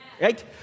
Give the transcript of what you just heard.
Right